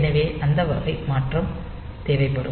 எனவே அந்த வகை மாற்றம் தேவைப்படும்